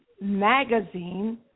Magazine